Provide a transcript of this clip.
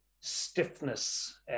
stiffness